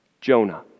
Jonah